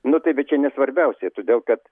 nu tai bet čia ne svarbiausiai todėl kad